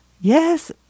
Yes